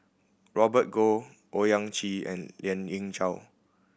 Robert Goh Owyang Chi and Lien Ying Chow